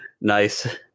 Nice